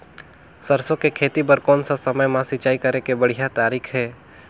सरसो के खेती बार कोन सा समय मां सिंचाई करे के बढ़िया तारीक हे?